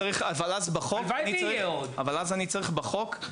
אבל אז בחוק אני צריך שאני מתקשר רק עם חברה